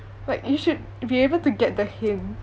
like you should be able to get the hint